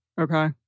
Okay